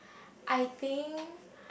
I think